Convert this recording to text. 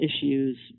issues